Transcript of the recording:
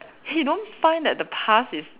he don't find that the past is